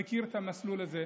אני מכיר את המסלול הזה,